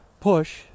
push